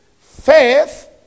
Faith